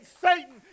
Satan